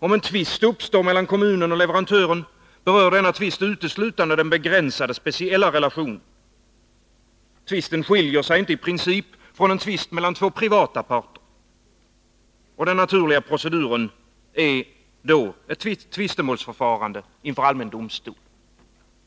Om en tvist uppstår mellan kommunen och leverantören, berör denna tvist uteslutande den begränsade speciella relationen. Tvisten skiljer sig inte i princip från en tvist mellan två privata parter. Den naturliga proceduren är då ett tvistemålsförfarande inför allmän domstol.